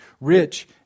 rich